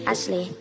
Ashley